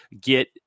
get –